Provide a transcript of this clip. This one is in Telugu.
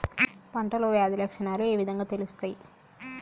పంటలో వ్యాధి లక్షణాలు ఏ విధంగా తెలుస్తయి?